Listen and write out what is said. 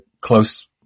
close